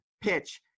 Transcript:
PITCH